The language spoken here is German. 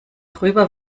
rüber